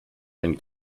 einen